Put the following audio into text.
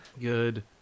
Good